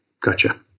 Gotcha